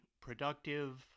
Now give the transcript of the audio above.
productive